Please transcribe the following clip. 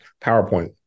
PowerPoint